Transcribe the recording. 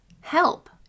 help